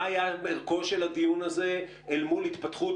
מה היה ערכו של הדיון הזה אל מול התפתחות